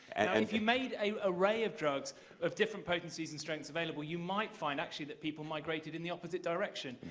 and if you made an array of drugs of different potencies and strengths available, you might find, actually, that people migrated in the opposite direction.